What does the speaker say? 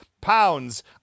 pounds